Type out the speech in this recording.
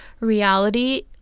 reality